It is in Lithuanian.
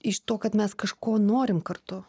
iš to kad mes kažko norim kartu